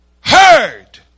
heard